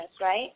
right